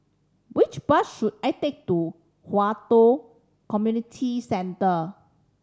which bus should I take to Hwi Yoh Community Centre